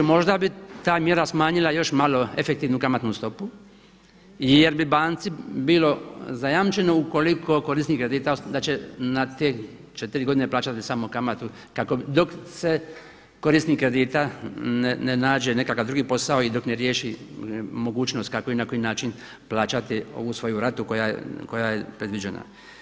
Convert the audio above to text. Možda bi ta mjera smanjila još malo efektivnu kamatnu stopu i jer bi banci bilo zajamčeno ukoliko korisnik kredita da će na te 4 godine plaćati samo kamatu dok se korisnik kredita ne nađe nekakav drugi posao i dok ne riješi mogućnost kako i na koji način plaćati ovu svoju ratu koja je predviđena.